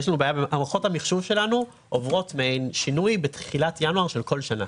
מערכות המחשוב שלנו עוברות מעין שינוי בתחילת ינואר של כל שנה.